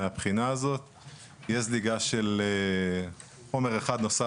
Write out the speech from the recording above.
מהבחינה הזאת יש זליגה של חומר אחד נוסף